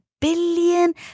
billion